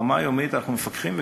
ברמה יומית אנחנו מפקחים,